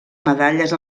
medalles